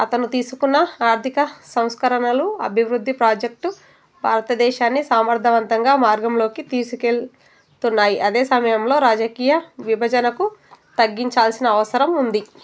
అతను తీసుకున్న ఆర్థిక సంస్కరణలు అభివృద్ధి ప్రాజెక్టు భారతదేశాన్ని సమర్థవంతంగా మార్గంలోకి తీసుకెళుతున్నాయి అదే సమయంలో రాజకీయ విభజనకు తగ్గించాల్సిన అవసరం ఉంది